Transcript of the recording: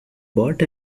bought